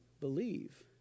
Believe